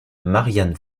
marianne